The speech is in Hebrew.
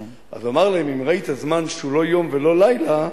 אז הוא אמר להם: אם ראית זמן שהוא לא יום ולא לילה,